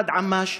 למוראד עמאש,